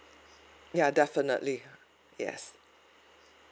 ya definitely yes